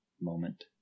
moment